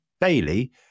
Bailey